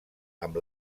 amb